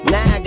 Now